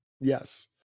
yes